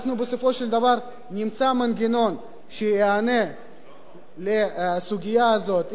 בסופו של דבר נמצא מנגנון שיענה לסוגיה הזאת,